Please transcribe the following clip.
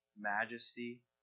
majesty